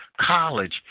college